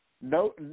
no